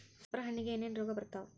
ಚಪ್ರ ಹಣ್ಣಿಗೆ ಏನೇನ್ ರೋಗ ಬರ್ತಾವ?